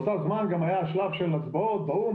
באותו זמן גם היה שלב של הצבעות באו"ם,